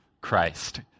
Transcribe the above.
Christ